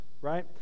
right